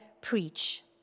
preach